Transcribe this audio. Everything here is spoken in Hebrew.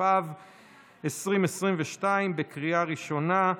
התשפ"ב 2022, לקריאה ראשונה.